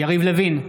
יריב לוין,